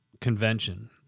Convention